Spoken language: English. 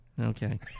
okay